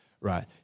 Right